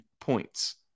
points